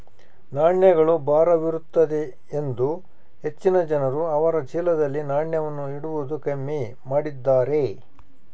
ನಾಣ್ಯಗಳು ಭಾರವಿರುತ್ತದೆಯೆಂದು ಹೆಚ್ಚಿನ ಜನರು ಅವರ ಚೀಲದಲ್ಲಿ ನಾಣ್ಯವನ್ನು ಇಡುವುದು ಕಮ್ಮಿ ಮಾಡಿದ್ದಾರೆ